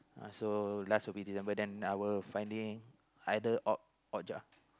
uh so last will be December then I will finding either odd odd job